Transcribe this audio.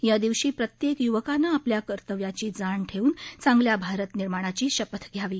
या दिवशी प्रत्येक युवकानं आपल्या कर्तव्याची जाण ठेवून चांगल्या भारत निर्माणाची शपथ घ्यावी